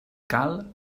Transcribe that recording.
cal